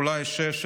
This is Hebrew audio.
אולי 6%,